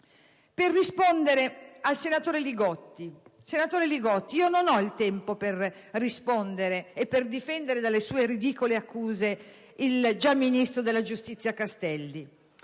per rispondere al senatore Li Gotti. Senatore Li Gotti, non ho il tempo per rispondere e per difendere dalle sue ridicole accuse il già ministro della giustizia Castelli,